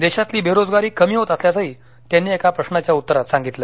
देशातील बेरोजगारी कमी होत असल्याचेही त्यांनी एका प्रश्नाच्या उत्तरात त्यांनी सांगितले